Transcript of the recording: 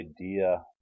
idea